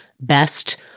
best